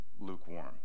lukewarm